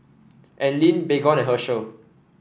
Anlene Baygon and Herschel